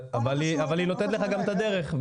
אבל היא נותנת לך גם את הדרך.